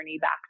back